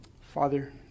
Father